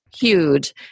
huge